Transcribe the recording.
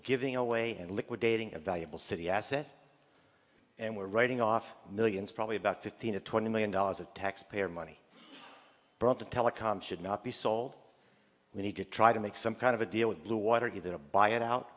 giving away and liquidating a valuable city asset and we're writing off millions probably about fifteen to twenty million dollars of taxpayer money brought to telecom should not be sold we need to try to make some kind of a deal with blue water given a buy it out